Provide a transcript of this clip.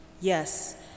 Yes